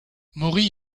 mori